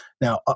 Now